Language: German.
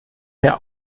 per